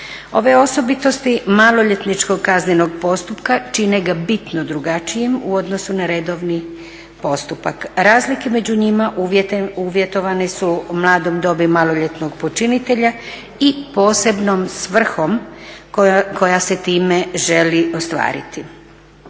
Ove osobitosti maloljetničkog kaznenog postupka čine ga bitno drugačijim u odnosu na redovni postupak. Razlike među njima uvjetovane su mladom dobi maloljetnog počinitelja i posebnom svrhom koja se time želi ostvariti.